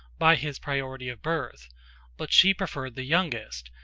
by his priority of birth but she preferred the youngest,